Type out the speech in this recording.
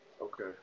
Okay